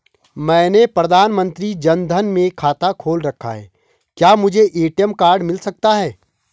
मैंने प्रधानमंत्री जन धन में खाता खोल रखा है क्या मुझे ए.टी.एम कार्ड मिल सकता है?